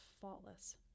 faultless